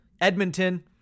Edmonton